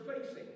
facing